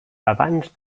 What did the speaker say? abans